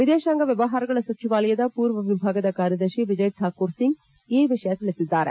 ವಿದೇಶಾಂಗ ವ್ಯವಹಾರಗಳ ಸಚಿವಾಲಯದ ಪೂರ್ವ ವಿಭಾಗದ ಕಾರ್ಯದರ್ಶಿ ವಿಜಯ್ ಕಾಕೂರ್ ಸಿಂಗ್ ಈ ವಿಷಯ ತಿಳಿಸಿದ್ದಾರೆ